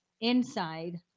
inside